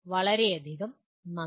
വളരെയധികം നന്ദി